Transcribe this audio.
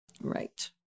Right